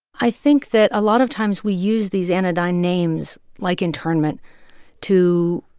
i think that a lot of times, we use these anodyne names like internment to